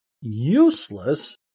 useless